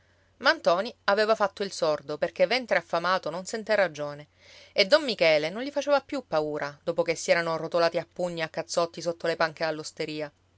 ma ntoni aveva fatto il sordo perché ventre affamato non sente ragione e don michele non gli faceva più paura dopo che si erano rotolati a pugni e a cazzotti sotto le panche